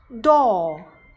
door